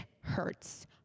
hurts